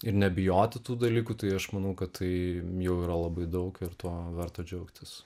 ir nebijoti tų dalykų tai aš manau kad tai jau yra labai daug ir tuo verta džiaugtis